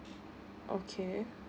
okay